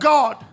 God